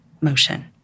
motion